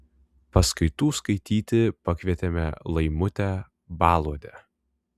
paskaitų skaityti pakvietėme laimutę baluodę